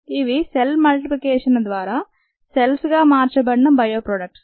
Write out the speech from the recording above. ఇవి cell multiplication ద్వారా సెల్స్గా మార్చబడిన బయో ప్రోడక్ట్స్